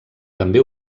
també